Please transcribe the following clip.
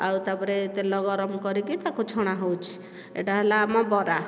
ଆଉ ତା'ପରେ ତେଲ ଗରମ କରିକି ତାକୁ ଛଣା ହେଉଛି ଏହିଟା ହେଲା ଆମ ବରା